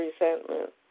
resentment